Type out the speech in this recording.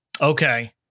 Okay